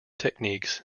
techniques